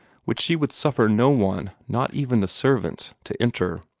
which she would suffer no one, not even the servants, to enter.